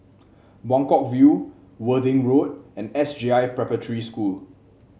Buangkok View Worthing Road and S J I Preparatory School